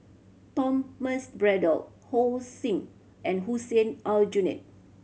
Thomas Braddell and Hussein Aljunied